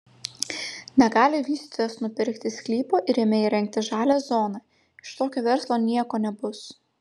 negali vystytojas nupirkti sklypo ir jame įrengti žalią zoną iš tokio verslo nieko nebus